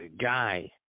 guy